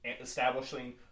establishing